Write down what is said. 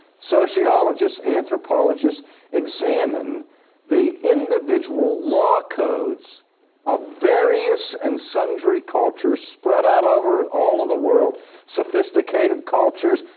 sociologists, anthropologists examine the individual law codes of various and sundry cultures spread out over all of the world sophisticated cultures,